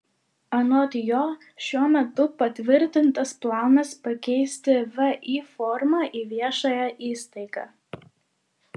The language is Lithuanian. anot jo šiuo metu patvirtintas planas pakeisti vį formą į viešąją įstaigą